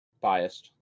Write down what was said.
Biased